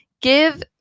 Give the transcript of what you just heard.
give